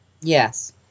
Yes